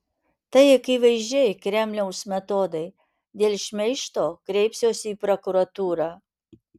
tai akivaizdžiai kremliaus metodai dėl šmeižto kreipsiuosi į prokuratūrą